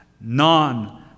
None